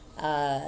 uh